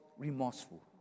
Remorseful